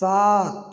सात